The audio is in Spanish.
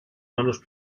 manos